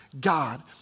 God